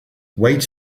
wait